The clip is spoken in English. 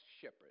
shepherd